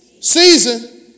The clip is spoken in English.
season